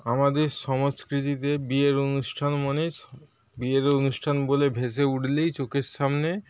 আমাদের সংস্কৃতিতে বিয়ের অনুষ্ঠান মানেই বিয়েতে অনুষ্ঠান বলে ভেসে উঠলেই চোখের সামনে